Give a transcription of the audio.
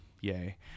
yay